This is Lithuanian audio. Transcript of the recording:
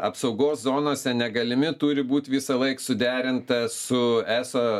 apsaugos zonose negalimi turi būt visąlaik suderinta su eso